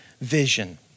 vision